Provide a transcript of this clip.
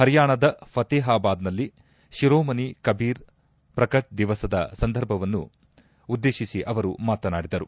ಹರಿಯಾಣದ ಫತೇಹಾಬಾದ್ನಲ್ಲಿ ಶಿರೋಮನಿ ಕಬೀರ್ ಪ್ರಕಟ್ ದಿವಸದ ಸಮಾರಂಭವನ್ನು ಉದ್ದೇಶಿಸಿ ಅವರು ಮಾತನಾಡಿದರು